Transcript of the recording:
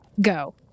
Go